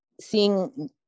seeing